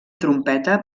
trompeta